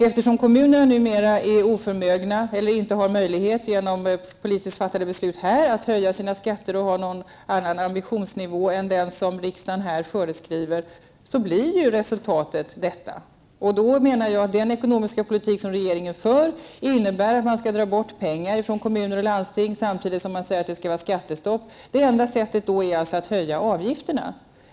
Eftersom kommunerna numera genom här politiskt fattade beslut inte har möjlighet att höja sina skatter och att ha någon annan ambitionsnivå än den som riksdagen föreskriver, blir ju detta resultatet. Jag menar att den ekonomiska politik som regeringen för innebär att pengar dras bort från kommuner och landsting samtidigt som man säger att det skall vara skattestopp. Det enda sättet är då att höja avgifterna.